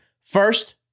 First